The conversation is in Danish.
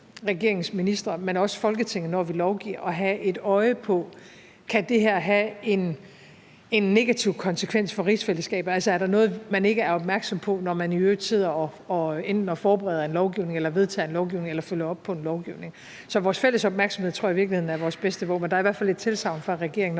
regeringens ministre, men også Folketinget, når vi lovgiver, at holde øje med, om det er noget, der kan have en negativ konsekvens for rigsfællesskabet, altså om der kan være noget, man ikke er opmærksom på, når man i øvrigt sidder og enten forbereder en lovgivning, vedtager en lovgivning eller følger op på en lovgivning. Så vores fælles opmærksomhed tror jeg i virkeligheden er vores bedste våben, og der er i hvert fald et tilsagn fra regeringen